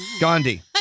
Gandhi